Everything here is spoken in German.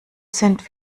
sind